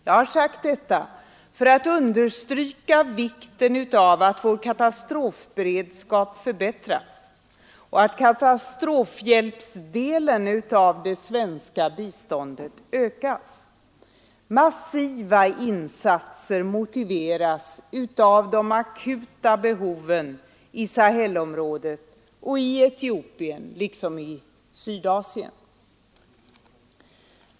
Jag har sagt detta för att understryka vikten av att vår katastrofberedskap förbättras och att katastrofhjälpsdelen av det svenska biståndet ökas. Massiva insatser motiveras av de akuta behoven i Sahel-området och i Etiopien liksom i Sydasien.